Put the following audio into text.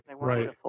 Right